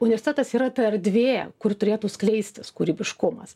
universitetas yra ta erdvė kur turėtų skleistis kūrybiškumas